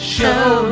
Show